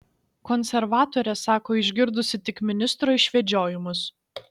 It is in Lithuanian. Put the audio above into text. konservatorė sako išgirdusi tik ministro išvedžiojimus